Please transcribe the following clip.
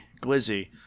Glizzy